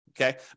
Okay